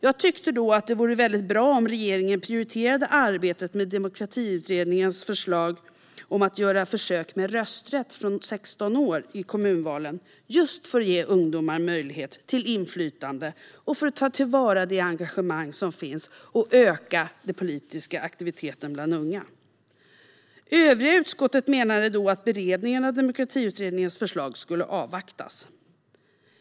Jag tyckte då att det vore bra om regeringen prioriterade arbetet med Demokratiutredningens förslag att göra försök med rösträtt från 16 år i kommunvalen, just för att ge ungdomar möjlighet till inflytande, ta till vara det engagemang som finns och öka den politiska aktiviteten bland unga. Övriga i utskottet menade då att beredningen av Demokratiutredningens förslag skulle avvaktas.